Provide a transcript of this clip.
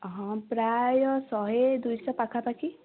ହଁ ପ୍ରାୟ ଶହେ ଦୁଇଶହ ପାଖାପାଖି